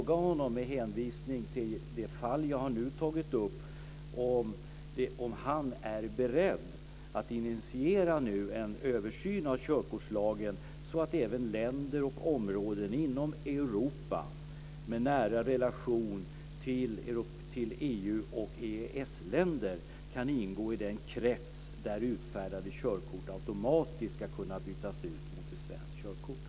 Med hänvisning till det fall jag nu tagit upp vill jag fråga om han är beredd att nu initiera en översyn av körkortslagen så att även länder och områden inom Europa med nära relation till EU och EES-länder kan ingå i den krets där utfärdade körkort automatiskt ska kunna bytas ut mot ett svenskt körkort.